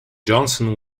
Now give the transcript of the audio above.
johnson